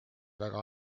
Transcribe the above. väga